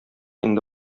инде